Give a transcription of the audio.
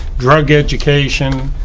drug education,